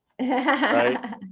Right